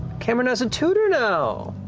cameron has a tutor now.